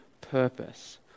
purpose